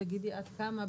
תגידי את כמה,